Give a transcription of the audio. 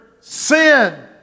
sin